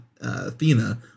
Athena